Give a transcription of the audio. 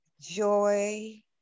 joy